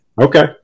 Okay